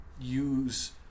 use